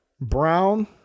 Brown